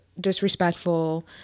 disrespectful